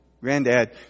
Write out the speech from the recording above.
Granddad